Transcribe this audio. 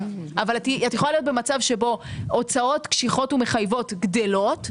אבל את יכולה להיות במצב שבו הוצאות קשיחות ומחייבות גדלות,